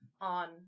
on